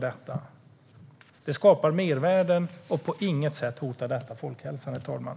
Det skapar mervärden, och på inget sätt hotar detta folkhälsan, herr talman.